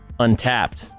untapped